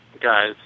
guys